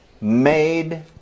made